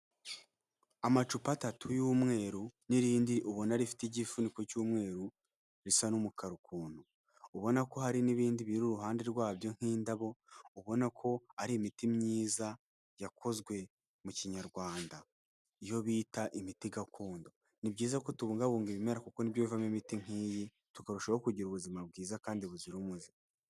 Amacupa atatu y'umweru n'irindi ubona rifite igifuniko cy'umweru risa n'umukara ukuntu, ubona ko hari n'ibindi biri iruhande rwabyo nk'indabo, ubona ko ari imiti myiza yakozwe mu kinyarwanda, iyo bita imiti gakondo. Ni byiza ko tubungabunga ibimera kuko ni byo bivamo imiti nk'iyi, tukarushaho kugira ubuzima bwiza kandi buzira umuze.